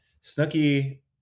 Snooky